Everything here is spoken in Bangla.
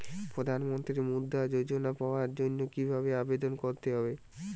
প্রধান মন্ত্রী মুদ্রা যোজনা পাওয়ার জন্য কিভাবে আবেদন করতে হবে?